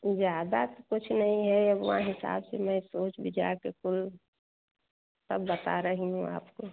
ज़्यादा कुछ नहीं है यह हिसाब से मैं सोच विचार कर कुल तब बता रही हूँ आपको